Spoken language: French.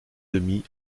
demi